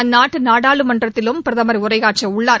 அந்நாட்டு நாடாளுமன்றத்திலும் பிரதமர் உரையாற்றவுள்ளார்